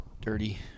Dirty